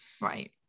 right